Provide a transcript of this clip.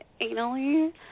anally